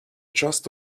just